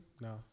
No